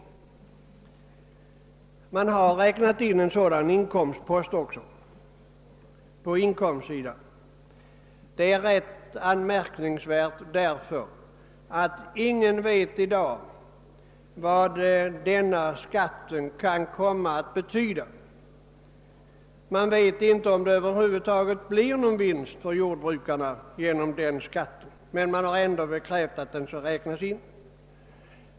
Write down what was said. Man har också räknat in en sådan inkomstpost på inkomstsidan. Det är rätt anmärkningsvärt, eftersom ingen i dag vet vad denna skatt kan komma att betyda. Man vet inte huruvida omläggningen över huvud taget innebär någon vinst för jordbrukarna, men man har ändå krävt att den skall räknas in.